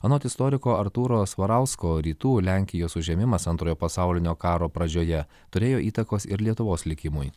anot istoriko artūro svarausko rytų lenkijos užėmimas antrojo pasaulinio karo pradžioje turėjo įtakos ir lietuvos likimui